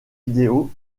vidéo